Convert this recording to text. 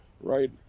right